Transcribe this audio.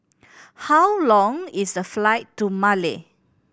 how long is the flight to Male